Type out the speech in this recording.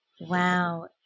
Wow